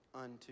Unto